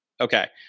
Okay